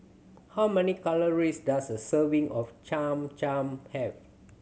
how many calories does a serving of Cham Cham have